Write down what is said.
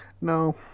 no